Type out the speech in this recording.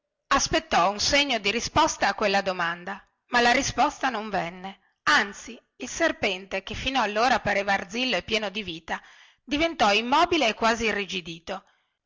aspettò un segno di risposta a quella dimanda ma la risposta non venne anzi il serpente che fin allora pareva arzillo e pieno di vita diventò immobile e quasi irrigidito